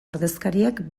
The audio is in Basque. ordezkariak